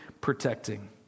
protecting